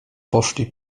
poszli